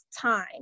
time